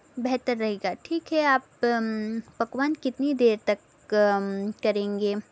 بہتر رہے گا ٹھیک ہے آپ پکوان کتنی دیر تک کریں گے